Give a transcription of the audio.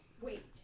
Wait